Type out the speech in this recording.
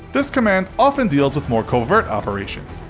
this command often deals with more covert operations.